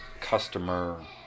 customer